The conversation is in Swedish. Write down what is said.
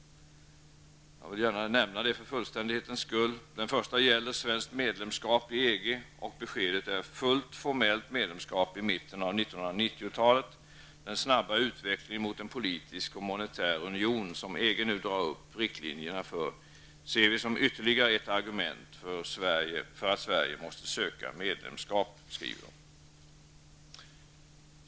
Jag vill nämna det för fullständighetens skull. Den första punkten gäller svenskt medlemskap i EG, och beskedet är Den ''snabba utvecklingen mot en politisk och monetär union som EG nu drar upp riktlinjerna för -- ser vi -- som ytterligare ett argument för att Sverige måste söka medlemskap'', skriver de.